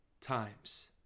times